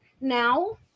now